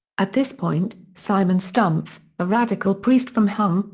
at this point, simon stumpf, a radical priest from hongg,